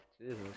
Jesus